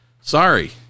sorry